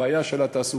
הבעיה של התעסוקה,